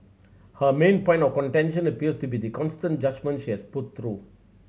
her main point of contention appears to be the constant judgement she has put through